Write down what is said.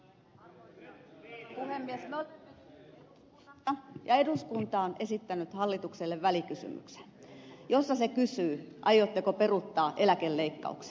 me olemme nyt eduskunnassa ja eduskunta on esittänyt hallitukselle välikysymyksen jossa se kysyy aiotteko peruuttaa eläkeleikkauksen